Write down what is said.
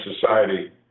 society